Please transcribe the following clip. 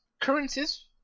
currencies